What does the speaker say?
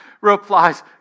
replies